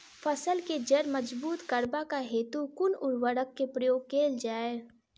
फसल केँ जड़ मजबूत करबाक हेतु कुन उर्वरक केँ प्रयोग कैल जाय?